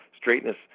straightness